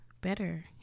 better